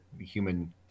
human